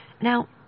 now